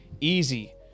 easy